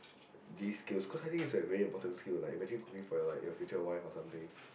these skills cause I think it's a very important skill like imagine cooking for your like your future wife or something